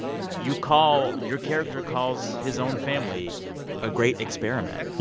you call your character calls his own family a great experiment.